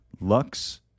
lux